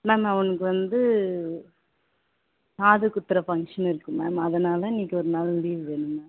ma'am அவனுக்கு வந்து காது குத்துகிற ஃபங்க்ஷன் இருக்குது மேம் அதனால் இன்றைக்கி ஒரு நாள் லீவு வேணும் மேம்